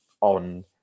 on